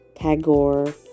tagore